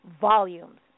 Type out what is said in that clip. volumes